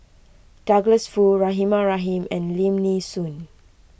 Douglas Foo Rahimah Rahim and Lim Nee Soon